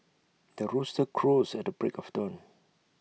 the rooster crows at the break of dawn